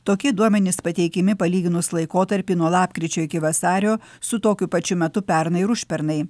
tokie duomenys pateikiami palyginus laikotarpį nuo lapkričio iki vasario su tokiu pačiu metu pernai ir užpernai